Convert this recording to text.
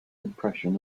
impression